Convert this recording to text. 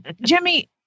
Jimmy